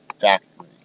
factory